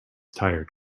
tired